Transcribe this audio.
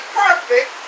perfect